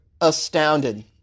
astounded